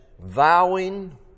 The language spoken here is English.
vowing